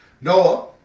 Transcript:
Noah